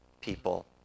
people